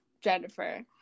jennifer